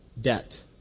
debt